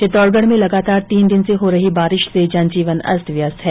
चित्तौडगढ में लगातार तीन दिन से हो रही बारिश से जन जीवन अस्त व्यस्त है